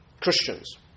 Christians